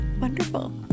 wonderful